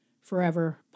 Forever